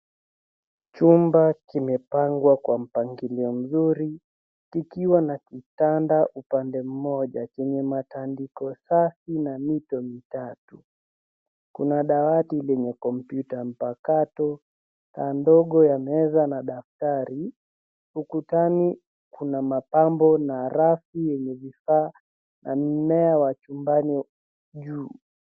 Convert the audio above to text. Chumba kimepangwa kwa mpangilio mzuri kikiwa na kitanda upande mmoja chenye matandiko safi na mito mitatu. Kuna dawati lenye kompyuta mpakato na dogo ya meza na daftari. Ukutani kuna mapambo na rafu zenye vifaa na mmea wa chumbani juu.